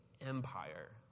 empire